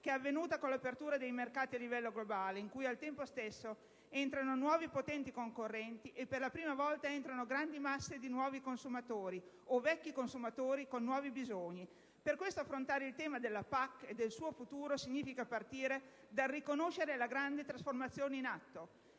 che è avvenuta con l'apertura dei mercati a livello globale in cui, al tempo stesso, entrano nuovi potenti concorrenti e, per la prima volta, entrano grandi masse di nuovi consumatori o vecchi consumatori con nuovi bisogni. Per questo, affrontare il tema della PAC e del suo futuro significa partire dal riconoscere la grande trasformazione in atto,